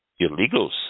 illegals